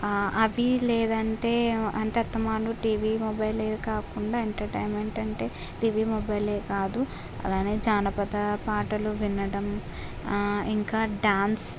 అవి లేదంటే అంటే అస్తమానం టీవీ మొబైల్ కాకుండా ఎంటర్టైన్మెంట్ అంటే టీవీ మొబైల్ కాదు అలాగే జానపద పాటలు వినడం ఇంకా డ్యాన్స్